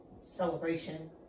celebration